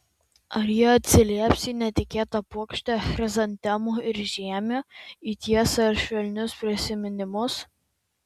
ar ji atsilieps į netikėtą puokštę chrizantemų ir žiemių į tiesą ir švelnius prisiminimus